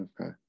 Okay